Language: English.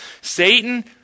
Satan